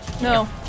No